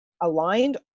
aligned